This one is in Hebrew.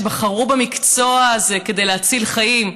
שבחרו במקצוע הזה כדי להציל חיים,